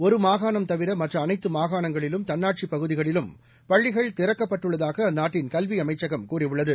ஒரு மாகாணம் தவிர மற்ற அனைத்து மாகாணங்களிலும் தன்னாட்சிப் பகுதிகளிலும் பள்ளிகள் திறக்கப்பட்டுள்ளதாக அந்நாட்டின் கல்வி அமைச்சகம் கூறியுள்ளது